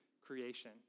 creation